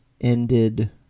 ended